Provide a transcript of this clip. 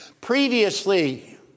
Previously